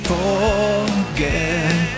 Forget